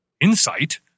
insight